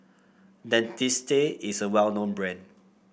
Dentiste is a well known brand